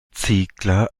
ziegler